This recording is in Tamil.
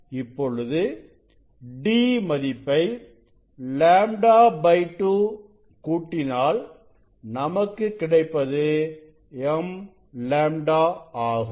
இப்பொழுது d மதிப்பை λ 2 கூட்டினால் நமக்கு கிடைப்பது m λ ஆகும்